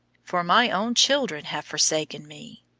for my own children have forsaken me.